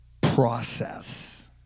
process